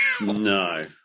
No